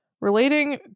relating